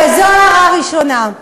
זאת הערה ראשונה.